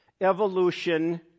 Evolution